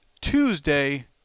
Tuesday